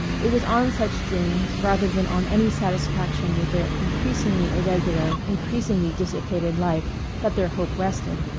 it was on such dreams rather than on any satisfaction with their increasingly irregular, increasingly dissipated life that their hope rested.